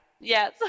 yes